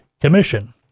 commission